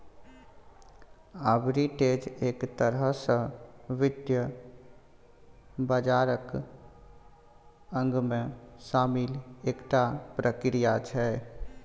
arbitrage एक तरह सँ वित्त बाजारक अंगमे शामिल एकटा प्रक्रिया छै